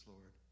Lord